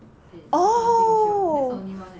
that's only one that I like